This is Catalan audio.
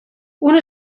una